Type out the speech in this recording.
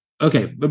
Okay